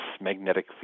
magnetic